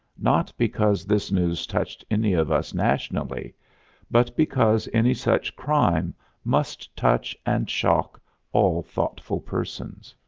not because this news touched any of us nationally but because any such crime must touch and shock all thoughtful persons.